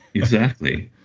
exactly.